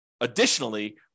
additionally